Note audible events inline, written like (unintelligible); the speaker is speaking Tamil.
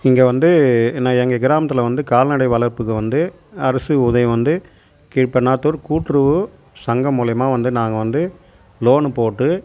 இங்கே வந்து என்ன எங்கள் கிராமத்தில் வந்து கால்நடை வளர்ப்புக்கு வந்து அரசு உதவி வந்து (unintelligible) கூட்டுறவு சங்கம் மூலியமாகா வந்து நாங்கள் வந்து லோன்னு போட்டு